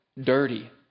dirty